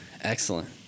Excellent